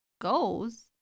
goes